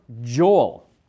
Joel